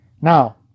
Now